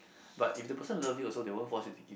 but if the person love you also they won't force you to give in